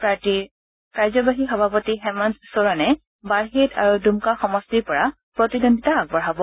পাৰ্টিৰ কাৰ্যবাহী সভাপতি হেমন্ত চোৰণে বাৰহেড আৰু ডুমকা সমষ্টিৰপৰা প্ৰতিদ্বন্দ্বিতা আগবঢ়াব